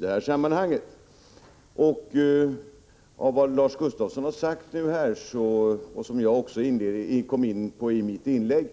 Mot bakgrund av vad Lars Gustafsson här har sagt och vad jag kom in på i mitt inlägg,